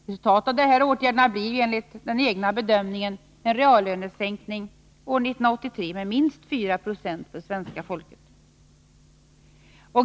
Resultatet av dessa åtgärder blir enligt regeringens egna bedömningar en reallönesänkning år 1983 med minst 4 96 för svenska folket.